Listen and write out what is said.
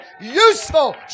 useful